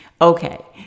Okay